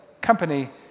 company